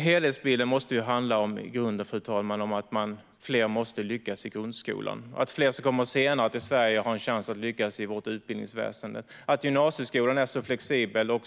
Helhetsbilden måste i grunden handla om att fler ska lyckas i grundskolan, att fler som kommer senare till Sverige ska ha en chans att lyckas i vårt utbildningsväsen och att gymnasieskolan ska vara så flexibel och